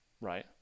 right